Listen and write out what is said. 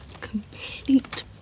complete